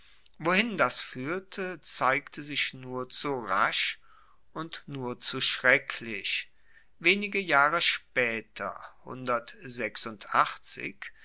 wohin das fuehrte zeigte sich nur zu rasch und nur zu schrecklich wenige jahre spaeter